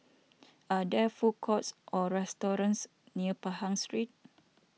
are there food courts or restaurants near Pahang Street